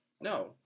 no